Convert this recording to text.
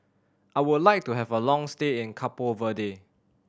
I would like to have a long stay in Cabo Verde